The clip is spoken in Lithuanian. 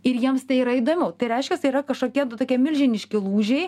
ir jiems tai yra įdomiau tai reiškias tai yra kažkokie tokie milžiniški lūžiai